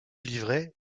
livret